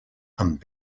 amb